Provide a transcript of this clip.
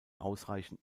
ausreichend